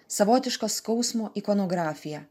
savotišką skausmo ikonografiją